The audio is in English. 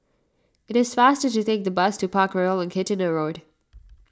it is faster to take the bus to Parkroyal on Kitchener Road